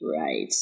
Right